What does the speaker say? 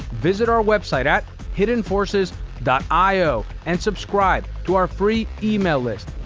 visit our website at hiddenforces io and subscribe to our free email list.